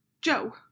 Joe